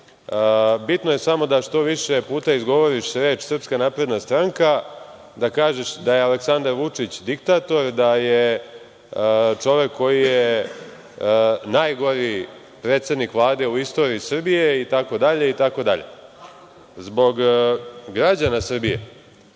bitno je samo da što više puta izgovoriš reč SNS, da kažeš da je Aleksandar Vučić diktator, da je čovek koji je najgori predsednik Vlade u istoriji Srbije itd. Zbog građana Srbije,